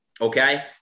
okay